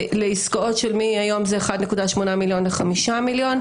לעסקאות של 1.8 מיליון של היום ל-5 מיליון.